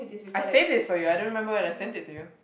I saved this for you I don't remember when I sent it to you